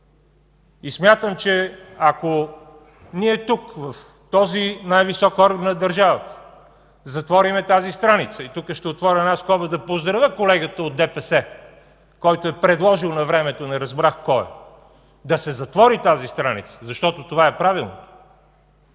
Смятам, че ако тук, в този най-висок форум на държавата, затворим тази страница и тук ще отворя една скоба да поздравя колегата от ДПС, който е предложил навремето – не разбрах кой е, да се затвори тази страница, защото това е правилно,